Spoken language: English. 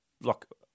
look